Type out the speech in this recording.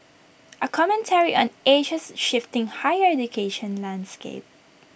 A commentary on Asia's shifting higher education landscape